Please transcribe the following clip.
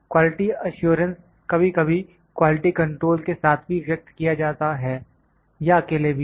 quality assurance कभी कभी quality control के साथ भी व्यक्त किया जाता है या अकेले भी